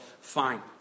fine